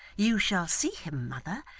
you shall see him, mother,